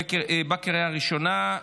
בקריאה ראשונה.